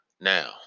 Now